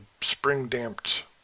spring-damped